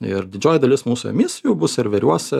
ir didžioji dalis mūsų emisijų bus serveriuose